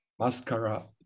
Mascara